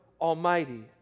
Almighty